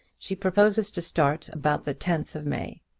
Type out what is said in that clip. she proposes to start about the tenth of may.